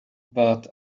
but